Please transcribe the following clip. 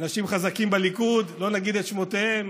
אנשים חזקים בליכוד, לא נגיד את שמותיהם,